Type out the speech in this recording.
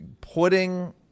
putting